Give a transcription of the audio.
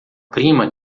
prima